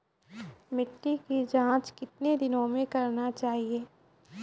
मिट्टी की जाँच कितने दिनों मे करना चाहिए?